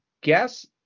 guess